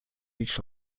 each